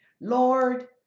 Lord